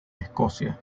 escocia